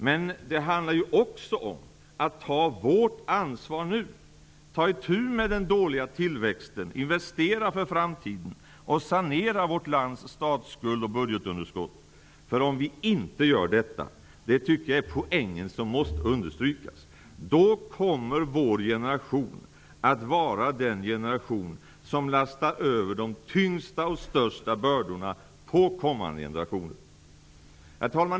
Men det handlar också om att vi måste ta vårt ansvar nu. Vi måste ta itu med den dåliga tillväxten, investera för framtiden, sanera vår statsskuld och vårt budgetunderskott. Om vi inte gör det -- det är poängen som måste understrykas -- kommer vår generation att vara den generation som lastar över de tyngsta och största bördorna på kommande generationer. Herr talman!